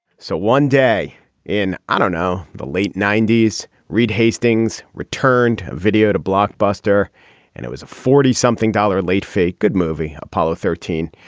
so one day in i don't know the late ninety s. reed hastings returned video to blockbuster and it was a forty something dollar late fake good movie apollo thirteen.